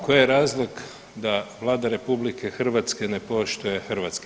Koji je razlog da Vlada RH ne poštuje HS?